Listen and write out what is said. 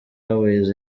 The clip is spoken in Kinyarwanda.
airways